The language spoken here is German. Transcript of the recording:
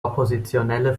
oppositionelle